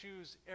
choose